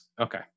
Okay